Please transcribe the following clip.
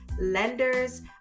lenders